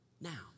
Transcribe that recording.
now